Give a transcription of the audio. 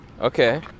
Okay